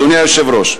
אדוני היושב-ראש,